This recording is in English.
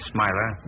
Smiler